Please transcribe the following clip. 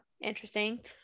interesting